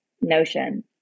notion